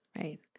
right